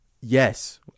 Yes